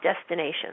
destinations